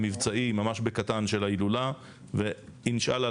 מבצעי ממש בקטן של ההילולה; ואינשאללה